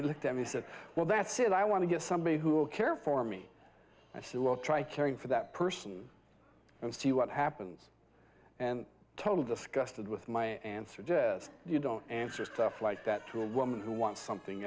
he looked at me said well that's it i want to get somebody who will care for me i said well try caring for that person and see what happens and totally disgusted with my answer jess you don't answer stuff like that to a woman who wants something